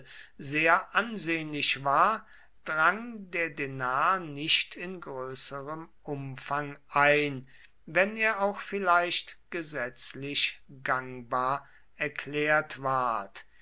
sehr ansehnlich war drang der denar nicht in größerem umfang ein wenn er auch vielleicht gesetzlich gangbar erklärt ward